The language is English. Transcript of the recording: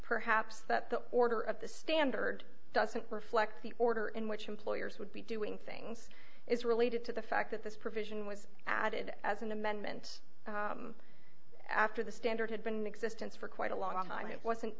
perhaps that the order of the standard doesn't reflect the order in which employers would be doing things is related to the fact that this provision was added as an amendment after the standard had been existence for quite a long time it wasn't